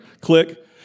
Click